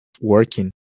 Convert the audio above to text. working